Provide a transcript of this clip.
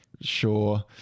sure